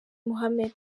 mohammed